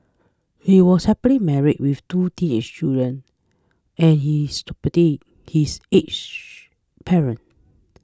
he was happily married with two teenage children and he is supporting his aged parents